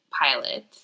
pilot